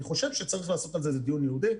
אני חושב שצריך לעשות על זה דיון ייעודי,